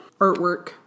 artwork